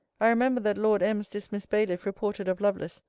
i remember, that lord m s dismissed bailiff reported of lovelace,